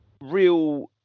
real